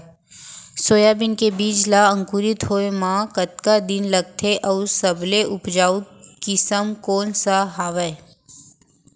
Soybean के बीज ला अंकुरित होय म कतका दिन लगथे, अऊ सबले उपजाऊ किसम कोन सा हवये?